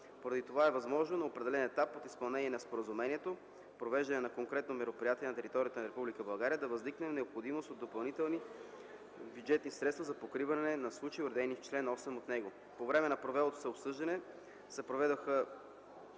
Поради това е възможно на определен етап от изпълнение на споразумението – провеждане на конкретно мероприятие на територията на Република България, да възникне необходимост от допълнителни бюджетни средства за покриване на случаи, уредени в чл. 8 от него. По време на провелото се обсъждане се поставиха